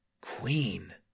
Queen